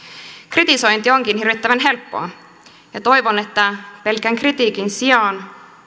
kritisointi onkin hirvittävän helppoa ja toivon että pelkän kritiikin sijaan